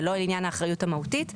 זה לא עניין האחריות המהותית,